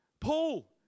Paul